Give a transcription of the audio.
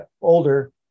older